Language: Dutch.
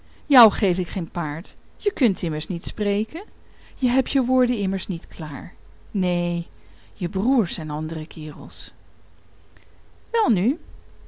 jou geef ik geen paard je kunt immers niet spreken je hebt je woorden immers niet klaar neen je broers zijn andere kerels welnu